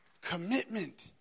Commitment